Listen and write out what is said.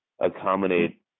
accommodate